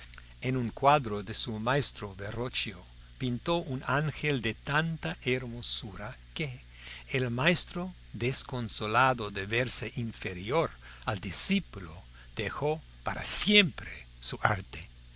en un cuadro de su maestro verrocchio pintó un ángel de tanta hermosura que el maestro desconsolado de verse inferior al discípulo dejó para siempre su arte